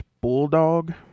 Bulldog